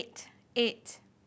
eight eight